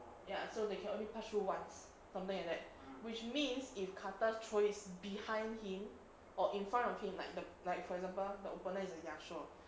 ya so they can only pass through once something like that which means if karthus throws it behind him or in front of him like the like for example the opponent is the yasuo